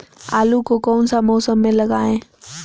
आलू को कौन सा मौसम में लगाए?